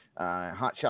Hotshot